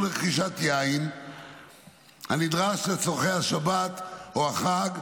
לרכישת יין הנדרש לצורכי השבת או החג,